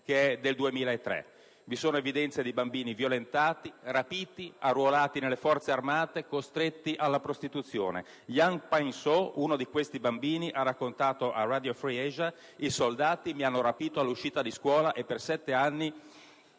morti all'anno. Vi sono evidenze di bambini violentati, rapiti, arruolati nelle forze armate, costretti alla prostituzione. Yan Paing Soe, uno di questi bambini, ha raccontato a Radio Free Asia: «I soldati mi hanno rapito all'uscita di scuola, e per 7 anni